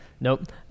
Nope